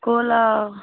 হ'ল আৰু